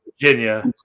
Virginia